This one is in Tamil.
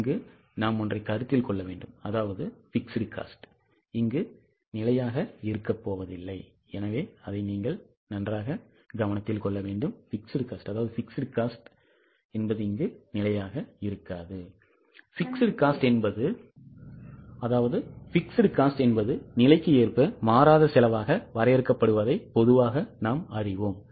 இங்கு நாம் ஒன்றை கருத்தில் கொள்ள வேண்டும் அதாவது fixed cost என்பது இங்கு நிலையாக இருக்கப்போவதில்லை Fixed cost என்பது நிலைக்கு ஏற்ப மாறாத செலவாக வரையறுக்கப்படுவதை பொதுவாக நாம் அறிவோம்